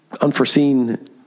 unforeseen